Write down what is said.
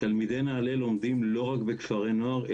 תלמידי נעל"ה לומדים לא רק בכפרי נוער,